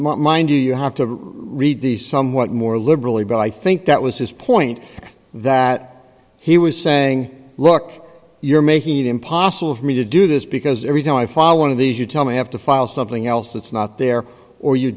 mind you you have to read these somewhat more liberally but i think that was his point that he was saying look you're making it impossible for me to do this because every time i follow one of these you tell me i have to file something else that's not there or you